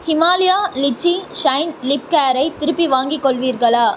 Himalaya lychee shine lip கேரை திருப்பி வாங்கிக் கொள்வீர்களா